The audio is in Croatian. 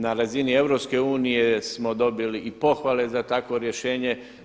Na razini Europske unije smo dobili i pohvale za takvo rješenje.